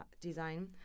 design